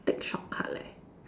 take shortcut leh